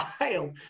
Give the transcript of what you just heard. wild